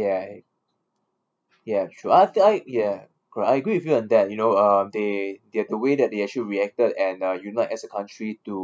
ya ya true I feel I ya correct I agree with you on that you know um they they have the way that they actually reacted and uh unite as a country to